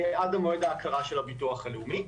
עד למועד ההכרה של הביטוח הלאומי.